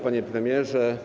Panie Premierze!